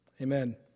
Amen